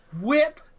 Whip